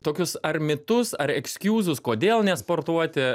tokius ar mitus ar ekskiūzus kodėl nesportuoti